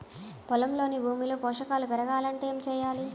పొలంలోని భూమిలో పోషకాలు పెరగాలి అంటే ఏం చేయాలి?